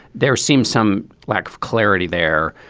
there seems some lack of clarity there.